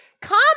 Come